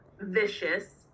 vicious